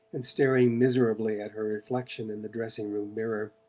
and staring miserably at her reflection in the dressing-table mirror.